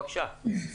בבקשה.